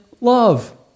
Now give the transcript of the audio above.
love